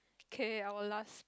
K I will last